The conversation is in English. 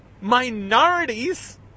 Minorities